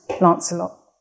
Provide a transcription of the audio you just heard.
Lancelot